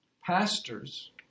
pastors